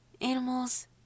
animals